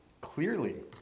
clearly